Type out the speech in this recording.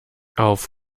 auf